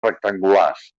rectangulars